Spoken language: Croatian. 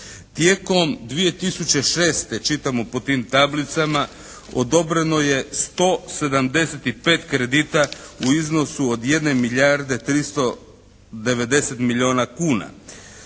Tijekom 2006. čitamo po tim tablicama odobreno je 175 kredita u iznosu od jedne milijarde 390 milijuna kuna